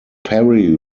perry